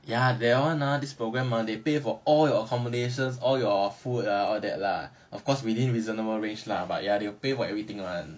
ya that one ah this programme ah they pay for all your accommodations all your food ah all that lah of course within reasonable range lah but ya they will pay for everything [one]